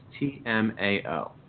TMAO